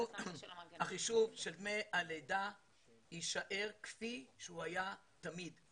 החישוב של דמי הלידה יישאר כפי שהוא היה תמיד.